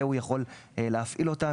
ושהוא יכול להפעיל אותם,